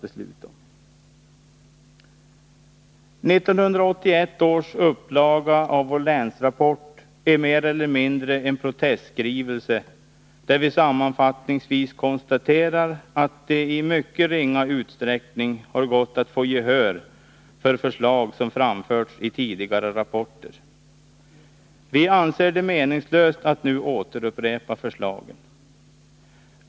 1981 års upplaga av vår länsrapport är mer eller mindre en protestskrivelse, där vi sammanfattningsvis konstaterar att det i mycket ringa utsträckning har gått att få gehör för förslag som framförts i tidigare rapporter. Vi anser det meningslöst att nu upprepa förslagen.